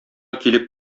килеп